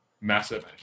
Massive